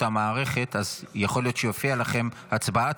המערכת ויכול להיות שתופיע לכם הצבעה.